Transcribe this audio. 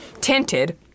tinted